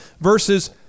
versus